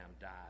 died